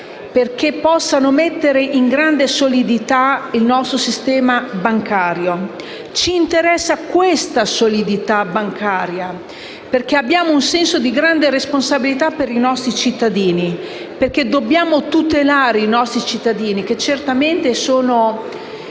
che possano mettere in grande solidità il nostro sistema bancario. Ci interessa questa solidità bancaria, perché abbiamo un senso di grande responsabilità verso i nostri cittadini e perché dobbiamo tutelare i nostri cittadini che certamente sono,